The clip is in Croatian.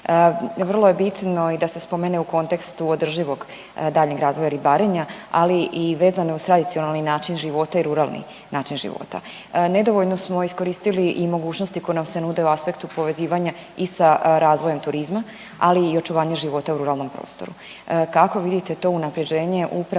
Vrlo je bitno i da se spomene u kontekstu održivog daljnjeg razvoja ribarenja, ali i vezane uz tradicionalni način života i ruralni način života. Nedovoljno smo iskoristili i mogućnosti koje nam se nude u aspektu povezivanja i sa razvojem turizma, ali i očuvanja života u ruralnom prostoru. Kako vidite to unaprjeđenje upravo